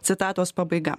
citatos pabaiga